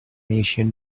asian